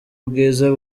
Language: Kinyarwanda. ubwiza